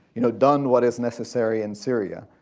you know, done what is necessary in syria.